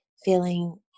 feeling